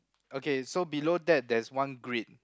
okay so below that there's one grid